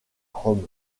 rome